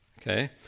okay